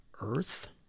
Earth